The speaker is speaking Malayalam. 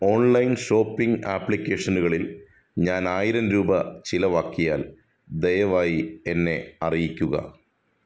ഓൺലൈൻ ഷോപ്പിംഗ് അപ്ലിക്കേഷനുകളിൽ ഞാനായിരം രൂപ ചിലവാക്കിയാൽ ദയവായി എന്നെ അറിയിക്കുക